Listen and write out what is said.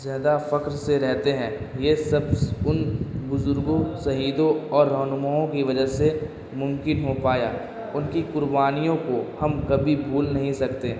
زیادہ فخر سے رہتے ہیں یہ سب ان بزرگوں شہیدوں اور رہنماؤں کی وجہ سے ممکن ہو پایا ان کی قربانیوں کو ہم کبھی بھول نہیں سکتے